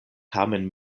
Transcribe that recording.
tamen